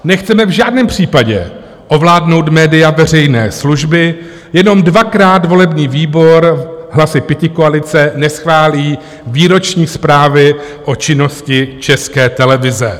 Nechceme v žádném případě ovládnout média veřejné služby, jenom dvakrát volební výbor hlasy pětikoalice neschválí výroční zprávy o činnosti České televize.